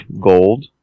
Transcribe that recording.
gold